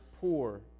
poor